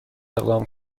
اقدام